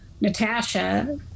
Natasha